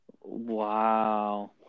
wow